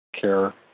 care